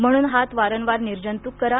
म्हणून हात वारंवार निर्जंतुक करा